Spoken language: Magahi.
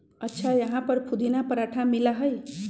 अच्छा यहाँ पर पुदीना पराठा मिला हई?